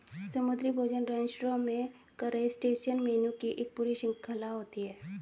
समुद्री भोजन रेस्तरां में क्रस्टेशियन मेनू की एक पूरी श्रृंखला होती है